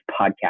podcast